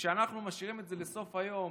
וכשאנחנו משאירים את זה לסוף היום